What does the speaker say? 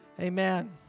Amen